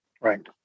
right